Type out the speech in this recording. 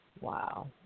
Wow